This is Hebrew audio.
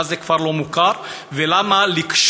מה זה כפר לא מוכר, ולמה לקשור